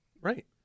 Right